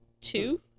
two